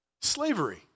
Slavery